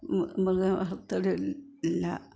മൃഗവളർത്തൽ ഇല്ല